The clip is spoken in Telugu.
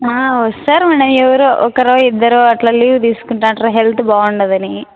వస్తారు మన ఎవరో ఒకరో ఇద్దరో అట్లా లీవ్ తీసుకుంటుంటారు హెల్త్ బాగుండదని